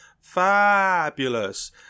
fabulous